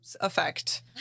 effect